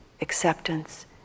acceptance